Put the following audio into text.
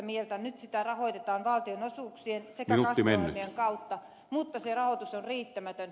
nyt sitä rahoitetaan valtionosuuksien sekä ohjelmien kautta mutta se rahoitus on riittämätön